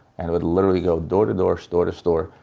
and would literally go door to door, store to store,